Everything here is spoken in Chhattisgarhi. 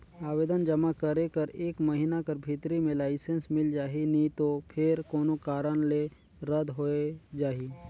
आवेदन जमा करे कर एक महिना कर भीतरी में लाइसेंस मिल जाही नी तो फेर कोनो कारन ले रद होए जाही